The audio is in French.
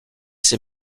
ses